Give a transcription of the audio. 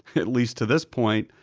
at least to this point,